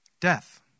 Death